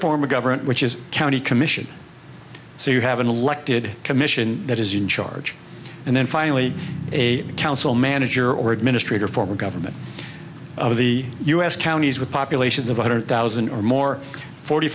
of government which is county commission so you have an elected commission that is in charge and then finally a council manager or administrator for government of the us counties with populations of one hundred thousand or more forty